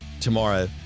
tomorrow